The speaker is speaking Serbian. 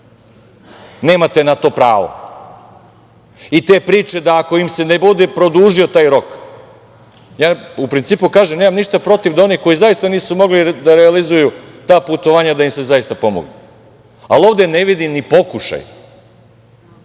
Nemate na to pravo. Te priče da ako im se ne bude produžio taj rok… u principu kažem, nemam ništa protiv da oni koji zaista nisu mogli da realizuju ta putovanja da im se zaista pomogne, ali ovde ne vidim ni pokušaj,